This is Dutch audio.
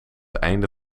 einde